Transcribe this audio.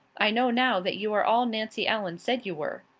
i know now that you are all nancy ellen said you were.